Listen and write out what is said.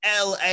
LA